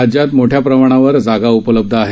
राज्यात मोठ्या प्रमाणावर जागा उपलब्ध आहेत